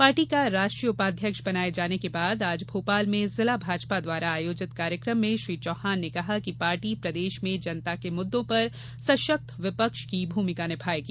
party का राष्ट्रीय उपाध्यक्ष बनाये जाने के बाद आज भोपाल में जिला भाजपा द्वारा आयोजित कार्यक्रम में श्री चौहान ने कहा कि पार्टी प्रदेश में जनता के मुद्दों पर सशक्त विपक्ष की भूमिका निभाएगी